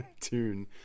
tune